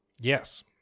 Yes